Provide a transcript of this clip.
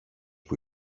που